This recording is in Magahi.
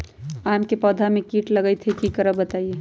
आम क पौधा म कीट लग जई त की करब बताई?